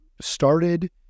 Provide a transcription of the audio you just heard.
started